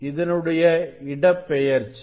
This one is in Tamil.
இதனுடைய இடப்பெயர்ச்சி